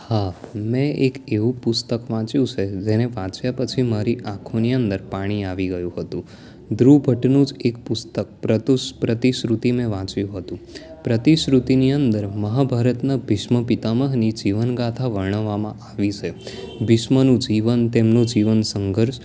હા મેં એક એવું પુસ્તક વાંચ્યું છે જેને વાંચ્યા પછી મારી આંખોની અંદર પાણી આવી ગયું હતું ધ્રુવ ભટ્ટનું જ એક પુસ્તક પ્રતિશ્રુતિ મેં વાંચ્યું હતું પ્રતિશ્રુતિની અંદર મહાભારતના ભીષ્મ પિતામહની જીવનગાથા વર્ણવવામાં આવી છે ભીષ્મનું જીવન તેમનું જીવન સંઘર્ષ